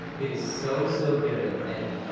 it is so, so good, and